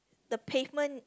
the pavement